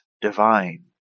divine